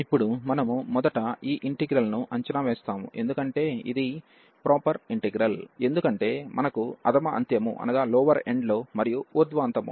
ఇప్పుడు మనము మొదట ఈ ఇంటిగ్రల్ ను అంచనా వేస్తాము ఎందుకంటే ఇది ప్రాపర్ ఇంటిగ్రల్ ఎందుకంటే మనకు అధమ అంత్యము లో మరియు ఊర్థ్వ అంతము లో కూడా సమస్య లేదు